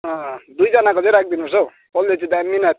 अँ अँ दुईजनाको चाहिँ राखिदिनु पर्छ हौ कसले चाहिँ दामी नाच्दो रहेछ